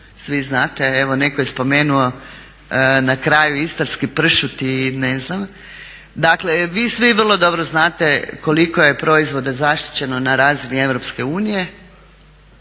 svi znate, evo neko je spomenuo na kraju istarski pršut. Dakle, vi svi vrlo dobro znate koliko je proizvoda zaštićeno na razini EU,